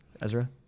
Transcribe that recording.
Ezra